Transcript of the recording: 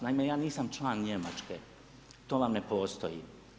Naime, ja nisam član Njemačke, to vam ne postoji.